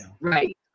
Right